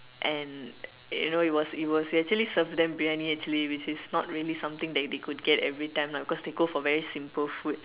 and you know it was it was we actually served them Briyani actually which is not really something that they could get every time lah because they go for very simple food